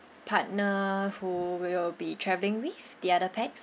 partner who will be travelling with the other pax